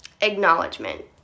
Acknowledgement